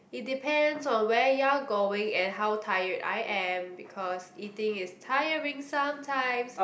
it depends on where you're going and how tired I am because eating is tiring sometimes